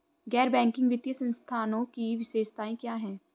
गैर बैंकिंग वित्तीय संस्थानों की विशेषताएं क्या हैं?